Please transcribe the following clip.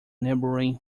neighbouring